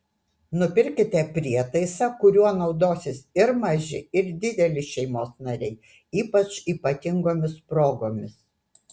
nupirkite prietaisą kuriuo naudosis ir maži ir dideli šeimos nariai ypač ypatingomis progomis